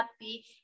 happy